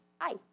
Hi